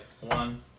one